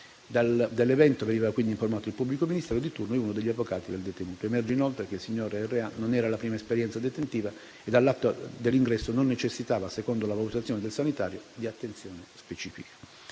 Dell'evento venivano quindi informati il pubblico ministero di turno e uno degli avvocati del detenuto. Emerge inoltre che il signor R.A. non era alla prima esperienza detentiva e all'atto dell'ingresso non necessitava, secondo la valutazione del sanitario, di attenzione specifica.